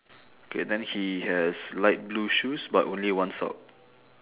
okay then he has light blue shoes but only one sock